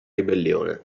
ribellione